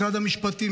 משרד המשפטים,